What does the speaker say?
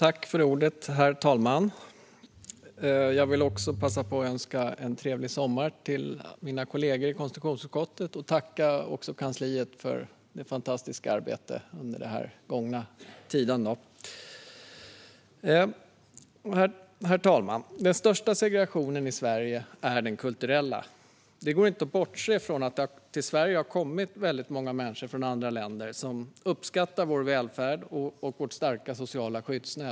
Herr talman! Jag vill också passa på att önska mina kollegor i konstitutionsutskottet en trevlig sommar och också tacka kansliet för ett fantastiskt arbete under den gångna tiden. Herr talman! Den största segregationen i Sverige är den kulturella. Det går inte att bortse från att det till Sverige har kommit många människor från andra länder som uppskattar vår välfärd och vårt starka sociala skyddsnät.